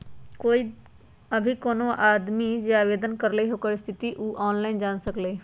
अभी कोनो आदमी जे आवेदन करलई ह ओकर स्थिति उ ऑनलाइन जान सकलई ह